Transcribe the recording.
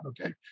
okay